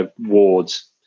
wards